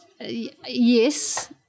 Yes